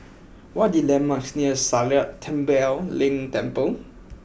what the landmarks near Sakya Tenphel Ling Temple